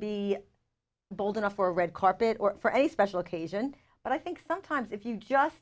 be bold enough for red carpet or for a special occasion but i think sometimes if you just